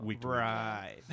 Right